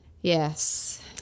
Yes